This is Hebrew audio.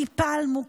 טיפלנו,